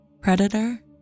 Predator